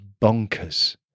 bonkers